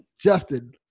Justin